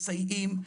מסייעים,